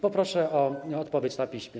Poproszę o odpowiedź na piśmie.